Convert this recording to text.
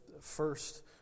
first